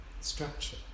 structure